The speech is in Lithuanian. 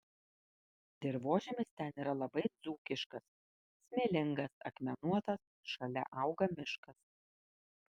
dirvožemis ten yra labai dzūkiškas smėlingas akmenuotas šalia auga miškas